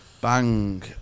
Bang